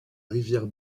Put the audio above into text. rivière